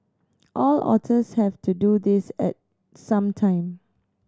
all otters have to do this at some time